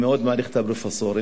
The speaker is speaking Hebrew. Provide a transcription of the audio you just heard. אני מאוד מעריך את הפרופסורים,